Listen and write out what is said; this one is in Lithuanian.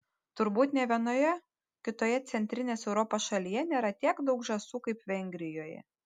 turbūt nė vienoje kitoje centrinės europos šalyje nėra tiek daug žąsų kaip vengrijoje